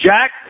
Jack